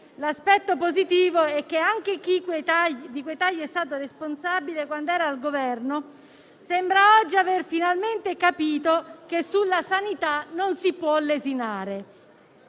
L'aspetto positivo è che anche chi di quei tagli è stato responsabile quando era al Governo sembra oggi aver finalmente capito che sulla sanità non si può lesinare.